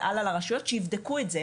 הלאה לרשויות על מנת שאלה יבדקו את זה.